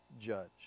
judge